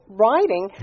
writing